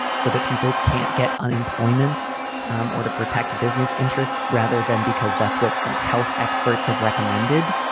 so that people can't get unemployment um or to protect business interests rather than because that's what like health experts have recommended.